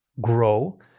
grow